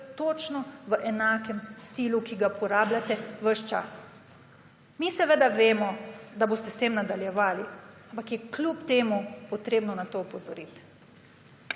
točno v enakem stilu, ki ga uporabljate ves čas. Mi seveda vemo, da boste s tem nadaljevali, ampak je kljub temu treba na to opozoriti.